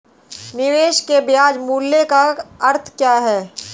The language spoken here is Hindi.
निवेश के ब्याज मूल्य का अर्थ क्या है?